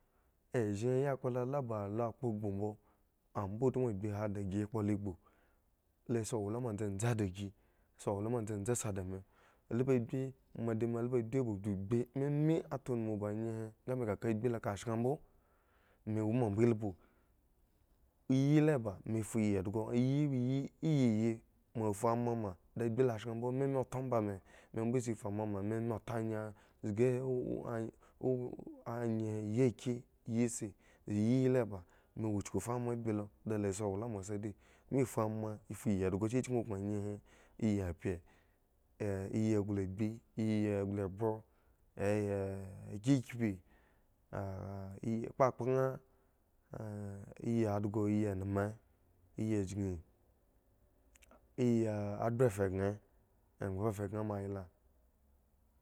Ezhen yakpla la ba lo kpo gbu mbo ambo utmu agbi hi tagi kpo lagbu la si owlama dzendze dagi si owlama dzendze si dime lubhu asi moa di me lubbu agbi ba ngbigbi me me atan unumu ba anye he nga me ka ka agbi lo ka shran mbo me woma elubhu iyi la ba me fu iyi dhso iyi iyiyi moa fu ema ma ta agbi lo shran mbo meme ta omba me membo sa suema ma me me ta nye zgi ŋ o anye yi aki yi isi yi iyi la ba me wo chuku fu maagbi lo lo si owlama si di me fu ma fu iyi dhgo ch chki ubin nye he iyiebye iyi glu agbi iyi glubue eh kikipi a yi angbabaŋ iyi dhgo iyi eneme iyi chki iyi angbro fhekye ebhare fhekye moa yla.